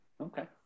Okay